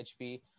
HP